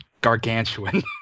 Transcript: gargantuan